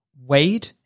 Wade